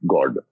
God